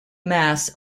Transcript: mass